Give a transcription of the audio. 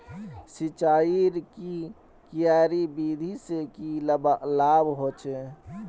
सिंचाईर की क्यारी विधि से की लाभ होचे?